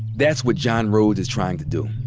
that's what john rhodes is trying to do,